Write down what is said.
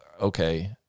okay